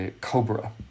cobra